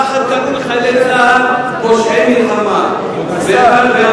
לא אחת קראו לחיילי צה"ל פושעי מלחמה ואמרו,